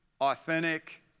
authentic